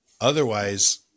Otherwise